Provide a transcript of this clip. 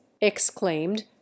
exclaimed